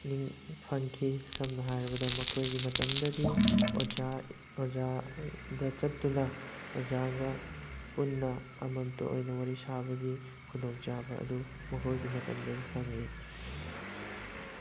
ꯐꯪꯈꯤ ꯁꯝꯅ ꯍꯥꯏꯔꯕꯗ ꯃꯈꯣꯏꯒꯤ ꯃꯇꯝꯗꯗꯤ ꯑꯣꯖꯥ ꯑꯣꯖꯥꯗ ꯆꯠꯇꯨꯅ ꯑꯣꯖꯥꯒ ꯄꯨꯟꯅ ꯑꯃꯃꯝꯇ ꯑꯣꯏꯅ ꯋꯥꯔꯤ ꯁꯥꯕꯒꯤ ꯈꯨꯗꯣꯡꯆꯥꯕ ꯑꯗꯨ ꯃꯈꯣꯏꯒꯤ ꯃꯇꯝꯗꯗꯤ ꯐꯪꯉꯤ